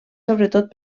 sobretot